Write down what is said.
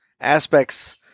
Aspects